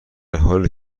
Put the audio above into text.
حالی